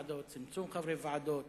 צמצום מספר חברי הוועדות,